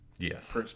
Yes